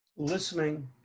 listening